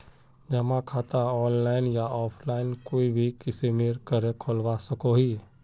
जमा खाता ऑनलाइन या ऑफलाइन कोई भी किसम करे खोलवा सकोहो ही?